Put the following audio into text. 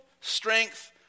strength